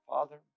Father